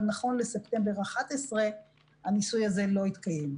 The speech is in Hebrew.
אבל נכון לספטמבר 2011 הניסוי הזה לא התקיים.